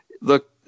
Look